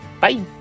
Bye